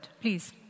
Please